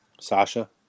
Sasha